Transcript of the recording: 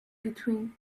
between